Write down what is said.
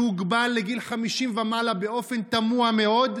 שהוגבל לגיל 50 ומעלה באופן תמוה מאוד.